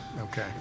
okay